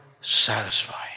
satisfying